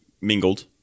mingled